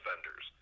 offenders